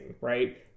right